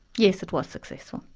yes, it was successful.